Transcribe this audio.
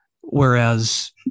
whereas